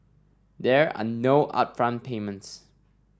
there are no upfront payments